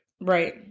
Right